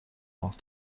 auch